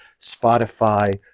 Spotify